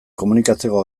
komunikatzeko